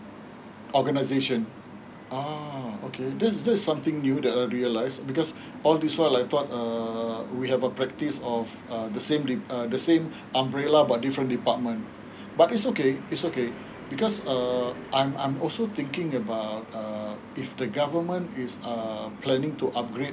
organization uh okay that's that's something new that I realize because all this while I thought uh we have a practice of uh the same de~ uh the same umbrella but different department mm but it's okay it's okay because um I'm I'm also thinking about uh if the government is uh planning to upgrade